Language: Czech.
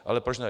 Ale proč ne.